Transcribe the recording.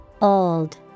Old